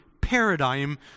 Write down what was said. paradigm